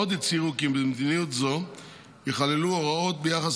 עוד הצהירו כי במדיניות זו ייכללו הוראות ביחס